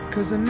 Cause